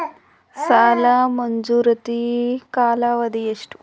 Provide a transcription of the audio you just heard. ಸಾಲ ಮಂಜೂರಾತಿ ಕಾಲಾವಧಿ ಎಷ್ಟು?